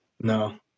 No